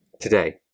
today